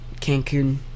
Cancun